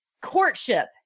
courtship